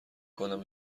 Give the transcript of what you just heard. کنم